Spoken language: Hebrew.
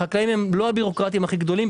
החקלאים הם לא הביורוקרטיים הכי הגדולים,